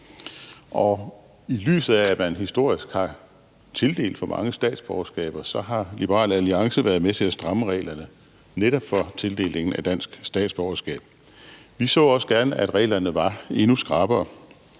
I lyset af at man historisk har tildelt for mange statsborgerskaber, har Liberal Alliance været med til at stramme reglerne for netop tildelingen af dansk statsborgerskab. Vi så også gerne, at reglerne var endnu skrappere.